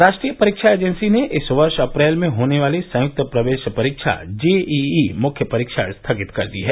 राष्ट्रीय परीक्षा एजेंसी ने इस वर्ष अप्रैल में होने वाली संयुक्त प्रवेश परीक्षा जेईई मुख्य परीक्षा स्थगित कर दी है